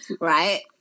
right